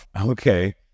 Okay